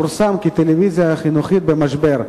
פורסם כי הטלוויזיה החינוכית במשבר.